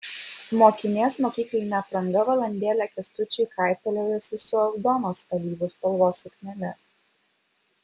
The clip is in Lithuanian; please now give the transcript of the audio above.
mokinės mokyklinė apranga valandėlę kęstučiui kaitaliojosi su aldonos alyvų spalvos suknele